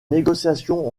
négociations